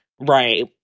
Right